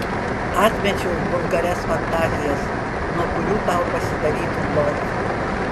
atmečiau vulgarias fantazijas nuo kurių tau pasidarytų bloga